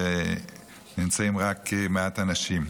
כשנמצאים רק מעט אנשים.